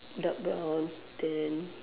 dark brown then